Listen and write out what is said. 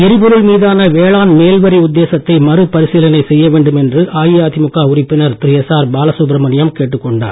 எரிபொருள் மீதான வேளாண் மேல்வரி உத்தேசத்தை மறுபரிசீலனை செய்ய வேண்டும் என அஇஅதிமுக உறுப்பினர் திரு எஸ் ஆர் பாலசுப்பிரமணியம் கேட்டுக் கொண்டார்